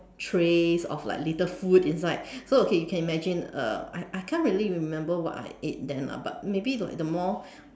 trays of like little food inside so okay you can imagine uh I I can't really remember what I ate then lah maybe like the more